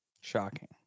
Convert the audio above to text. Shocking